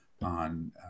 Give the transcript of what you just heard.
on